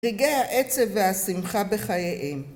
רגעי העצב והשמחה בחייהם.